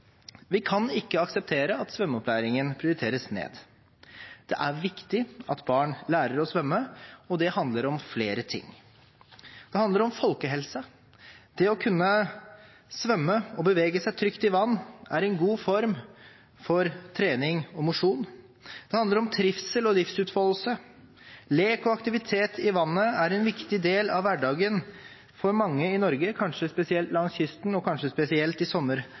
Vi kan ikke akseptere at svømmeopplæringen prioriteres ned. Det er viktig at barn lærer å svømme, og det handler om flere ting. Det handler om folkehelse. Det å kunne svømme og bevege seg trygt i vann er en god form for trening og mosjon. Det handler om trivsel og livsutfoldelse. Lek og aktivitet i vannet er en viktig del av hverdagen for mange i Norge, kanskje spesielt langs kysten, og kanskje spesielt i